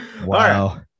Wow